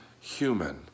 human